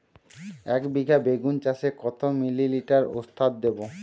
একবিঘা বেগুন চাষে কত মিলি লিটার ওস্তাদ দেবো?